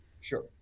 sure